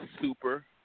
super